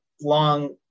long